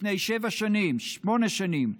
לפני שבע שנים, שמונה שנים,